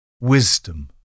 wisdom